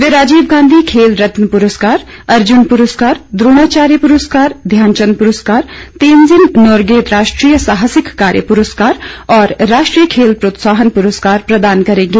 वे राजीव गांधी खेल रत्न पुरस्कार अर्जुन पुरस्कार द्रोणाचार्य पुरस्कार ध्यानचंद पुरस्कार तेनजिंग नोरगे राष्ट्रीय साहसिक कार्य पुरस्कार और राष्ट्रीय खेल प्रोत्साहन पुरस्कार प्रदान करेंगें